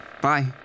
bye